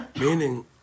Meaning